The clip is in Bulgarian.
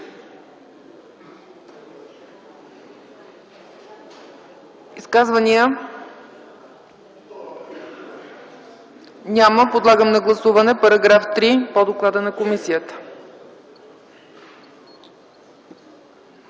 Изказвания? Няма. Подлагам на гласуване § 3 по доклада на комисията.